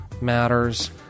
matters